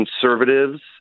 conservatives